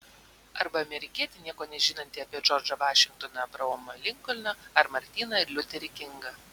arba amerikietį nieko nežinantį apie džordžą vašingtoną abraomą linkolną ar martyną liuterį kingą